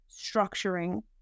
structuring